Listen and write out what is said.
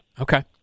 okay